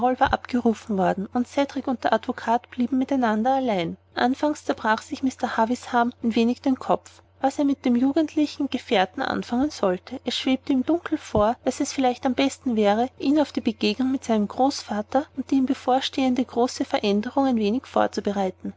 abgerufen worden und cedrik und der advokat blieben miteinander allein anfangs zerbrach sich mr havisham ein wenig den kopf was er mit seinem jugendlichen gefährten anfangen solle es schwebte ihm dunkel vor daß es vielleicht am besten wäre ihn auf die begegnung mit seinem großvater und die ihm bevorstehende große veränderung ein wenig vorzubereiten